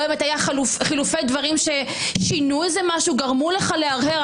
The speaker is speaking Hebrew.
לא היו חילופי דברים ששינו משהו או גרמו לך להרהר.